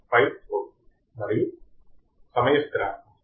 5 వోల్ట్లు మరియు సమయ స్థిరాంకం 1